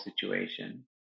situation